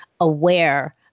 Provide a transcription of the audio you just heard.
aware